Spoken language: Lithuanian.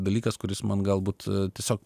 dalykas kuris man galbūt tiesiog